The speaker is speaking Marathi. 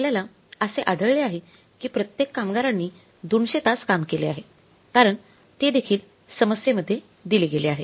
आपल्याला असे आढळले आहे की प्रत्येक कामगारांनी 200 तास काम केले आहे कारण ते देखील समस्येमध्ये दिले गेले आहे